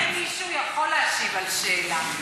האם מישהו יכול להשיב על שאלה?